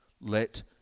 let